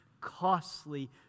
costly